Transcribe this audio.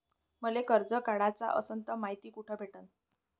मले कर्ज काढाच असनं तर मायती कुठ भेटनं?